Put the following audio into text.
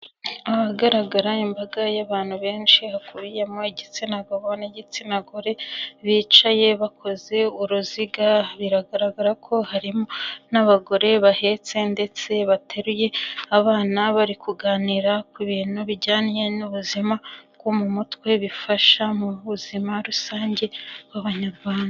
Ahagaragara imbaga y'abantu benshi, hakubiyemo igitsina gabo n'igitsina gore, bicaye bakoze uruziga, biragaragara ko harimo n'abagore bahetse ndetse bateruye abana, bari kuganira ku bintu bijyanye n'ubuzima bwo mu mutwe, bifasha mu buzima rusange bw'abanyarwanda.